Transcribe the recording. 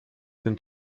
sind